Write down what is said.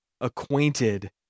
acquainted